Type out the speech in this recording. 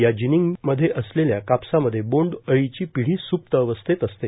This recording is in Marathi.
या जिनिंग मध्ये असलेल्या कापसामध्ये बोन्ड अळीचे पिढी सुप्त अवस्थैत असते